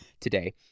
today